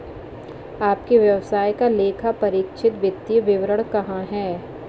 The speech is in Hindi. आपके व्यवसाय का लेखापरीक्षित वित्तीय विवरण कहाँ है?